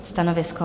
Stanovisko?